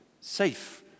safe